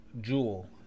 Jewel